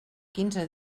quinze